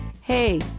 hey